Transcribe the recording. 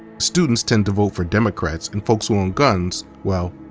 students tend to vote for democrats and folks who own guns. well,